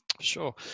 Sure